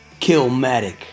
Killmatic